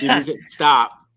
stop